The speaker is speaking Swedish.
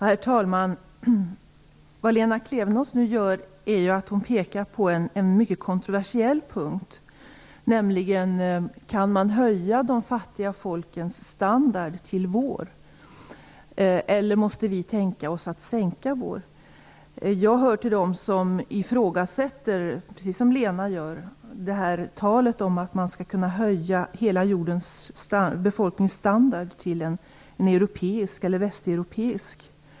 Herr talman! Lena Klevenås pekar här på en mycket kontroversiell punkt: Kan man höja de fattiga folkens standard till vår nivå, eller måste vi tänka oss att sänka vår standard? Jag, liksom Lena Klevenås, hör till dem som ifrågasätter talet om att standarden för hela jordens befolkning skall kunna höjas till europeisk/västeuropeisk nivå.